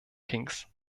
kings